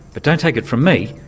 but don't take it from me,